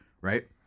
right